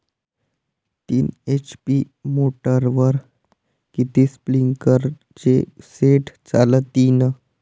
तीन एच.पी मोटरवर किती स्प्रिंकलरचे सेट चालतीन?